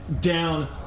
down